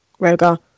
Rogar